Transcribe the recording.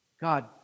God